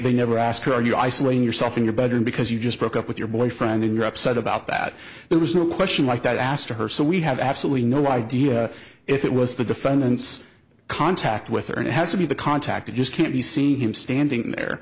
they never ask you are you isolating yourself in your bedroom because you just broke up with your boyfriend and you're upset about that there was no question like that asked her so we have absolutely no idea if it was the defendant's contact with her and it has to be the contact it just can't you see him standing there